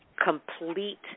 complete